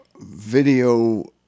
video